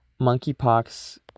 monkeypox